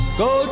go